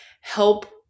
help